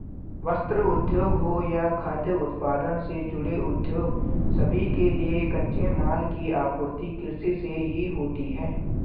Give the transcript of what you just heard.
वस्त्र उद्योग हो या खाद्य उत्पादन से जुड़े उद्योग सभी के लिए कच्चे माल की आपूर्ति कृषि से ही होती है